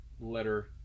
letter